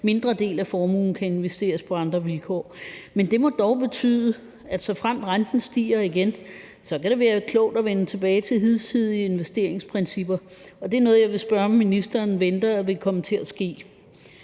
mindre del af formuen kan investeres på andre vilkår. Men det må dog betyde, at såfremt renten stiger igen, kan det være klogt at vende tilbage til hidtidige investeringsprincipper. Det er noget, som jeg vil spørge om ministeren venter vil komme til at ske.